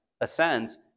ascends